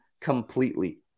completely